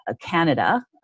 Canada